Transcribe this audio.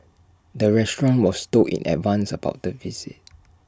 the restaurant was told in advance about the visit